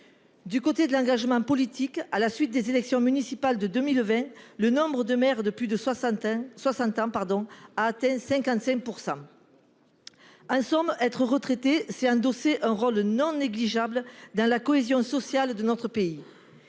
Du côté de l'engagement politique, à la suite des élections municipales de 2020, le nombre de maires de plus de 60 ans a atteint 55 %. En somme, être retraité, c'est endosser un rôle non négligeable dans la cohésion sociale de notre pays,